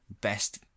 best